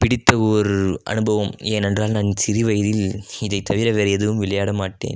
பிடித்த ஒரு அனுபவம் ஏனென்றால் நான் சிறு வயதில் இதை தவிர வேறு எதுவும் விளையாட மாட்டேன்